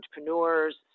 entrepreneurs